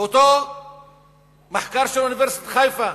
באותו מחקר של אוניברסיטת חיפה,